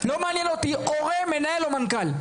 לא מעניין אותי הורה, מנהל או מנכ"ל.